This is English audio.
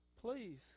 Please